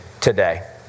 today